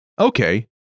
Okay